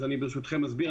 אז ברשותכם אסביר.